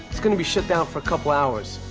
it's gonna be shut down for a couple hours.